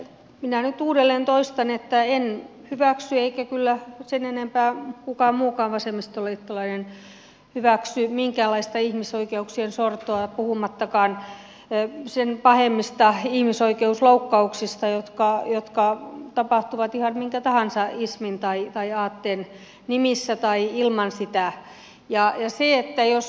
minä nyt uudelleen toistan että en hyväksy eikä kyllä sen enempää kukaan muukaan vasemmistoliittolainen hyväksy minkäänlaista ihmisoikeuksien sortoa puhumattakaan pahemmista ihmisoikeusloukkauksista jotka tapahtuvat ihan minkä tahansa ismin tai aatteen nimissä tai ilman sitä